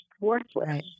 worthless